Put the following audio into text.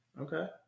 Okay